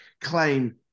claim